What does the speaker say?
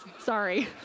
Sorry